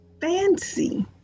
fancy